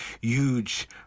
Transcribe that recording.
huge